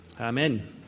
Amen